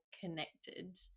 connected